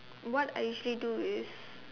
what I usually do is